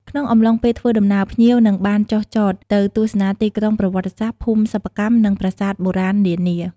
ក្នុងអំឡុងពេលធ្វើដំណើរ ភ្ញៀវនឹងបានចុះចតទៅទស្សនាទីក្រុងប្រវត្តិសាស្ត្រ ភូមិសិប្បកម្ម និងប្រាសាទបុរាណនានា។